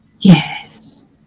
Yes